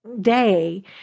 day